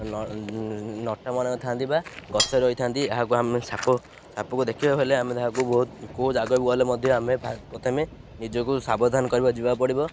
ଲଟାମାନ ଥାନ୍ତି ବା ଗଛ ରହିଥାନ୍ତି ଏହାକୁ ଆମେ ସାପ ସାପକୁ ଦେଖିବାକୁ ହେଲେ ଆମେ ତାହାକୁ ବହୁତ କୋଉ ଜାଗାକୁ ଗଲେ ମଧ୍ୟ ଆମେ ପ୍ରଥମେ ନିଜକୁ ସାବଧାନ କରିବାକୁ ଯିବାକୁ ପଡ଼ିବ